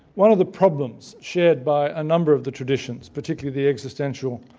one of the problems shared by a number of the traditions, particularly the existential,